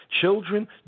Children